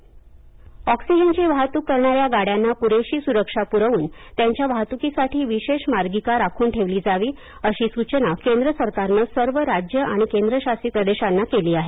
अमित शहा बैठक ऑक्सिजनची वाहतूक करणाऱ्या गाड्यांना पुरेशी सुरक्षा पुरवून त्यांच्या वाहतुकीसाठी विशेष मार्गिका राखून ठेवली जावी अशी सूचना केंद्र सरकारनं सर्व राज्ये आणि केंद्रशासित प्रदेशांना केली आहे